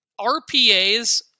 RPAs